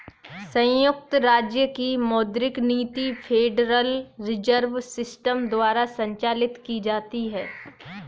संयुक्त राज्य की मौद्रिक नीति फेडरल रिजर्व सिस्टम द्वारा संचालित की जाती है